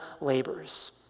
labors